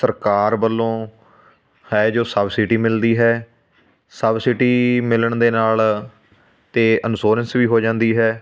ਸਰਕਾਰ ਵੱਲੋਂ ਹੈ ਜੋ ਸਬਸਿਡੀ ਮਿਲਦੀ ਹੈ ਸਬਸਿਡੀ ਮਿਲਣ ਦੇ ਨਾਲ ਅਤੇ ਅਨਸ਼ੋਰੰਸ਼ ਵੀ ਹੋ ਜਾਂਦੀ ਹੈ